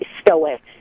stoic